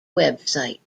website